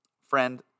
Friend